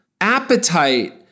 appetite